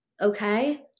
Okay